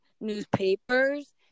newspapers